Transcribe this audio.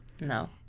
No